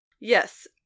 yes